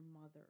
mother